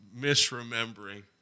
misremembering